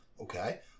Okay